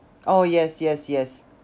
oh yes yes yes